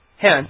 Hence